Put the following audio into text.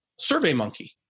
SurveyMonkey